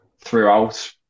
throughout